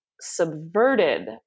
subverted